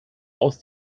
aus